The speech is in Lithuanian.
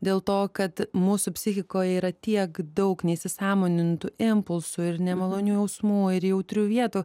dėl to kad mūsų psichikoj yra tiek daug neįsisąmonintų impulsų ir nemalonių jausmų ir jautrių vietų